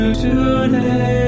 today